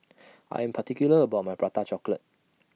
I Am particular about My Prata Chocolate